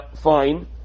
fine